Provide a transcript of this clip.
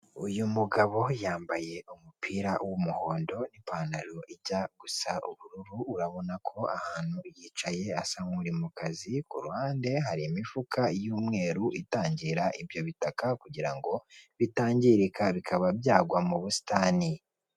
Uyu mugabo yambaye umupira w'umuhondo, ipantaro ijya gusa ubururu urabona ko ahantu yicaye asa nk'uri mukazi, ku ruhande hari imifuka y'umweru itangira ibyo bitaka kugira ngo bitangirika bikaba byagwa mu busitani.